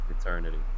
Eternity